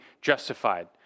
justified